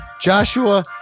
Joshua